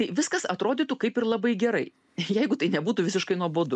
tai viskas atrodytų kaip ir labai gerai jeigu tai nebūtų visiškai nuobodu